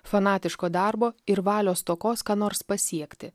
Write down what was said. fanatiško darbo ir valios stokos ką nors pasiekti